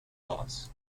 loss